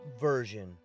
version